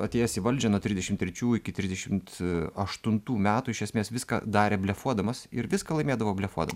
atėjęs į valdžią nuo trisdešim trečių iki trisdešimt aštuntų metų iš esmės viską darė blefuodamas ir viską laimėdavo blefuodamas